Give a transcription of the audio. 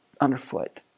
underfoot